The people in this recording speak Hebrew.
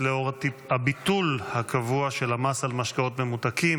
לאור הביטול הקבוע של המס על משקאות ממותקים